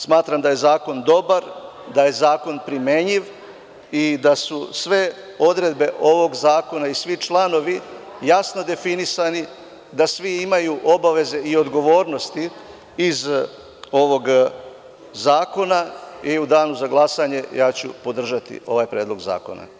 Smatram da je zakon dobar, da je zakon primenjiv i da su sve odredbe ovog zakona i svi članovi jasno definisani, da svi imaju obaveze i odgovornosti iz ovog zakona i u Danu za glasanje ja ću podržati ovaj predlog zakona.